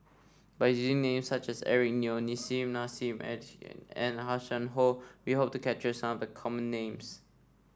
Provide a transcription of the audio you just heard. by using names such as Eric Neo Nissim Nassim Adis and Hanson Ho we hope to capture some of the common names